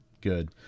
good